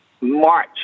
March